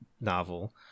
novel